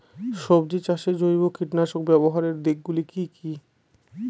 সবজি চাষে জৈব কীটনাশক ব্যাবহারের দিক গুলি কি কী?